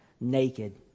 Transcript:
naked